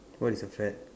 what is a fad